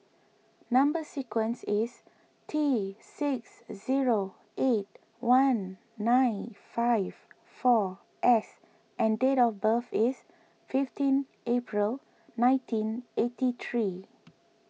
Number Sequence is T six zero eight one nine five four S and date of birth is fifteen April nineteen eighty three